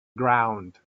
ground